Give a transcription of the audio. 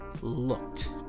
looked